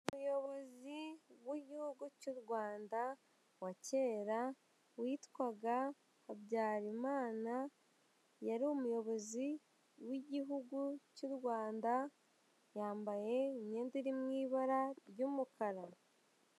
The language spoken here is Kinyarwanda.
Umuyobozi w'igihugu cy'u Rwanda wa kera witwaga Habyarimana, yari umuyobozi w'igihugu cy'u Rwanda, yambaye imyenda iri mu ibara ry'umukara.